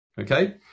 Okay